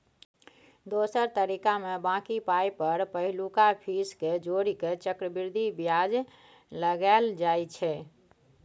दोसर तरीकामे बॉकी पाइ पर पहिलुका फीस केँ जोड़ि केँ चक्रबृद्धि बियाज लगाएल जाइ छै